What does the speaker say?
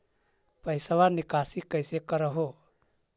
पैसवा निकासी कैसे कर हो?